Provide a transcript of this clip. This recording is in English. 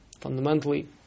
fundamentally